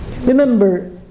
Remember